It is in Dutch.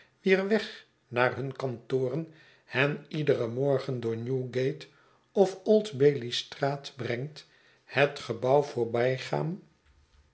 wier weg naar hun kantoren hen iederen morgen door de newgate of old bailey straat brengt het gebouw